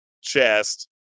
chest